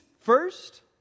first